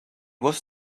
was